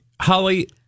Holly